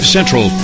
Central